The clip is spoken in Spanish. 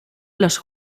los